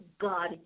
God